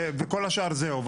וכל השאר זהו,